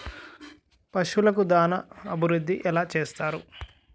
పశువులకు దాన అభివృద్ధి ఎలా చేస్తారు?